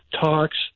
talks